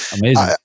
amazing